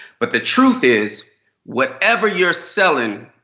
but the truth is whatever you're selling,